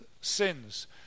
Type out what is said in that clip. sins